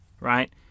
right